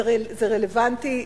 זה רלוונטי,